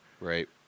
Right